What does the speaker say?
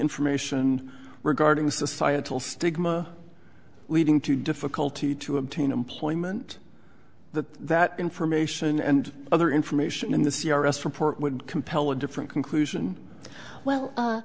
information regarding the societal stigma leading to difficulty to obtain employment the that information and other information in the c r s report would compel a different conclusion well